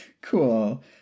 Cool